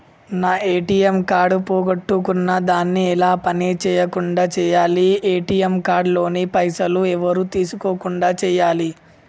నా ATM card పోగొట్టుకున్నా దాన్ని ఎలా పని చేయకుండా చేయాలి ఏ.టి.ఎమ్ కార్డు లోని పైసలు ఎవరు తీసుకోకుండా చేయాలి?